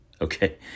Okay